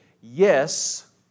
yes